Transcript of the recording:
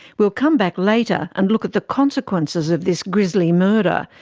we'll come back later and look at the consequences of this grisly murder.